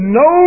no